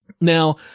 Now